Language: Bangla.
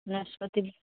নাশপাতি